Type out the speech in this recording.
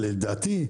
אבל לדעתי,